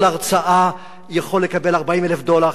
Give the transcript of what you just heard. על כל הרצאה הוא יכול לקבל 40,000 דולר,